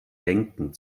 denken